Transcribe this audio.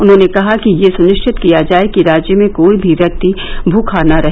उन्होंने कहा कि यह सुनिश्चित किया जाए कि राज्य में कोई भी व्यक्ति भुखा न रहे